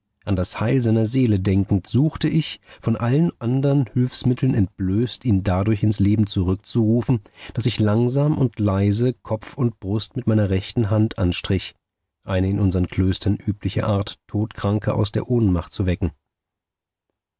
an das heil seiner seele denkend suchte ich von allen ändern hülfsmitteln entblößt ihn dadurch ins leben zurückzurufen daß ich langsam und leise kopf und brust mit meiner rechten hand anstrich eine in unsern klöstern übliche art todkranke aus der ohnmacht zu wecken